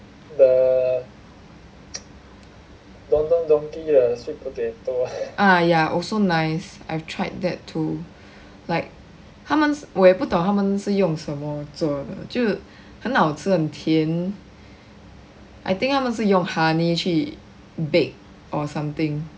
ah ya also nice I've tried that too like 他们我也不懂他们是用什么做的就很好吃很甜 I think 他们是用 honey 去 bake or something